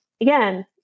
again